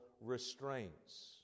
restraints